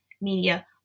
media